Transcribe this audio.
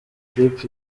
clip